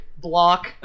block